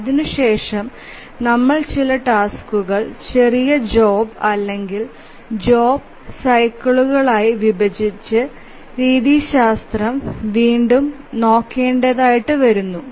അതിനുശേഷം നമ്മൾ ചില ടാസ്കുകൾ ചെറിയ ജോബ് അല്ലെങ്കിൽ ജോബ് സ്ലൈസുകളായി വിഭജിച്ച് രീതിശാസ്ത്രം വീണ്ടും ശ്രമിക്കേണ്ടതുണ്ട്